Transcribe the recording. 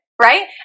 right